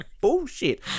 bullshit